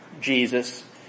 Jesus